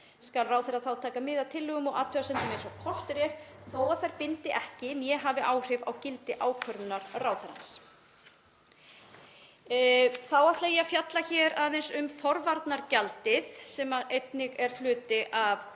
Þá ætla ég að fjalla hér aðeins um forvarnagjaldið sem einnig er hluti af